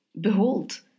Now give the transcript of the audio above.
behold